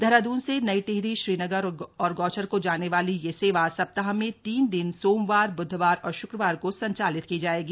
देहरादून से नई टिहरी श्रीनगर और गौचर को जाने वाली यह सेवा सप्ताह मे तीन दिन सोमवार ब्धवार और श्क्रवार को संचालित की जायेगी